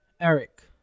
Eric